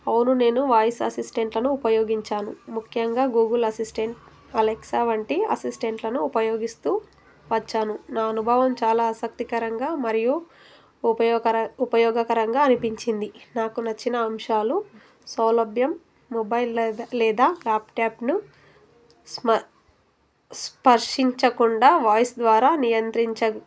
అవును నేను వాయిస్ అసిస్టెంట్లను ఉపయోగించాను ముఖ్యంగా గూగుల్ అసిస్టెంట్ అలెక్సా వంటి అసిస్టెంట్లను ఉపయోగిస్తూ వచ్చాను నా అనుభవం చాలా ఆసక్తికరంగా మరియు ఉపయోకర ఉపయోగకరంగా అనిపించింది నాకు నచ్చిన అంశాలు సౌలభ్యం మొబైల్ లేదా లేదా ల్యాప్టాప్ను స్మ స్పర్శించకుండా వాయిస్ ద్వారా నియంత్రించ